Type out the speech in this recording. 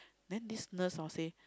then this nurse hor say